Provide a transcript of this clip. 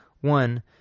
one